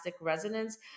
resonance